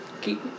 Keep